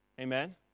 Amen